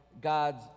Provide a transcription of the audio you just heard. God's